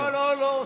לא לא לא.